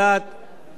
מחמאות